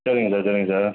சரிங்க சார் சரிங்க சார்